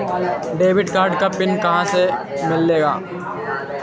Debit card का PIN कहां से मिलेगा?